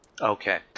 Okay